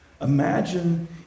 Imagine